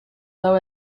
low